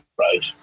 right